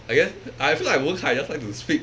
I guess I feel like wen kai just like to speak